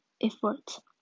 effort